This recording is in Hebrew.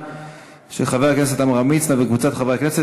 של חבר הכנסת עמרם מצנע וקבוצת חברי הכנסת,